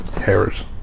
Harris